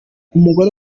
umugore